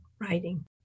writing